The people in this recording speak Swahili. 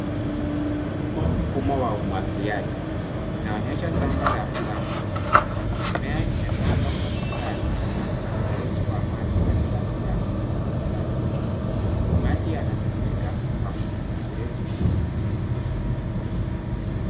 Hii ni kilimo mfumo wa umwagiliaji. Inaonyesha shamba la mtama. Mimea imepandwa kwa mistari, na kuna mfereji wa maji katikati ya mistari. Maji yanatiririka kwa mfereji huo.